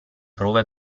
prove